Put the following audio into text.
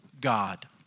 God